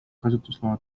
kasutusloa